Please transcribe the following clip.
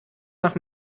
nach